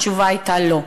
התשובה הייתה לא.